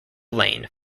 lane